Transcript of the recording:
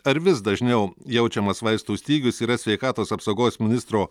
ar vis dažniau jaučiamas vaistų stygius yra sveikatos apsaugos ministro